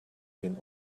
den